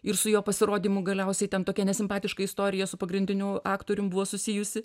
ir su jo pasirodymu galiausiai ten tokia nesimpatiška istorija su pagrindiniu aktorium buvo susijusi